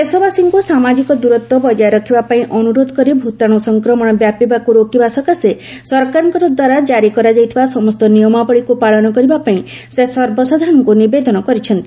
ଦେଶବାସୀଙ୍କୁ ସାମାଜିକ ଦୂରତ୍ୱ ବଜାୟ ରଖିବା ପାଇଁ ଅନୁରୋଧ କରି ଭ୍ତାଣୁ ସଂକ୍ମଣ ବ୍ୟାପିବାକୁ ରୋକିବା ସକାଶେ ସରକାରଙ୍କ ଦ୍ୱାରା ଜାରି କରାଯାଉଥିବା ସମସ୍ତ ନିୟମାବଳୀକୁ ପାଳନ କରିବା ପାଇଁ ସେ ସର୍ବସାଧାରଣଙ୍କୁ ନିବେଦନ କରିଛନ୍ତି